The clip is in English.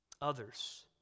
others